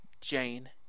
jane